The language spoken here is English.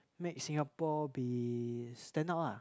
make Singapore be stand out ah